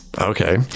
Okay